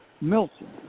Milton